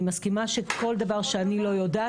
אני מסכימה שכל דבר שאני לא יודעת,